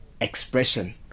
expression